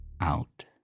out